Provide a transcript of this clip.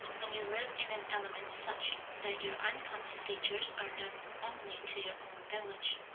when you live in an element such that your uncomely features are known only to your own village.